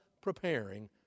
preparing